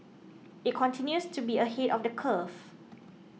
it continues to be ahead of the curve